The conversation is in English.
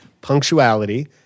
punctuality